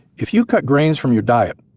if you cut grains from you diet,